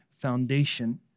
foundation